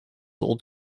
old